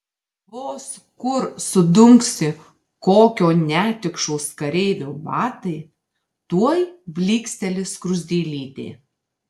vos kur sudunksi kokio netikšos kareivio batai tuoj blyksteli skruzdėlytė